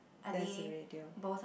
that's a radio